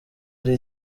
ari